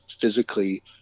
physically